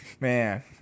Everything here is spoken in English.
man